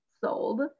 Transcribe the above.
sold